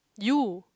you